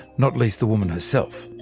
not least the woman herself!